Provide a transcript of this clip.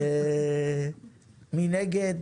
מי נגד?